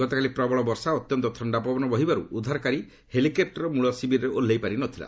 ଗତକାଲି ପ୍ରବଳ ବର୍ଷା ଓ ଅତ୍ୟନ୍ତ ଥଣ୍ଡା ପବନ ବହିବାରୁ ଉଦ୍ଧାରକାରୀ ହେଲିକପ୍ଟର ମୂଳ ଶିବିରରେ ଓହ୍ଲାଇପାରି ନ ଥିଲା